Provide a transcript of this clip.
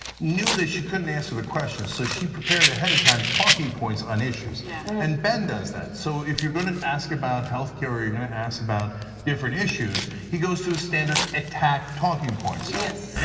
knew that she couldn't answer the question. so she prepared ahead of time talking points on issues. yeah. and ben does that, so if you're gonna ask about healthcare or you're gonna ask about different issues, he goes to standard attack talking points. yes.